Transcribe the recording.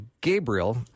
Gabriel